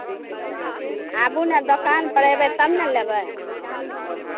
हँ आबू ने दोकानपर अयबै तब ने लेबै